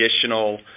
traditional